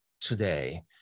today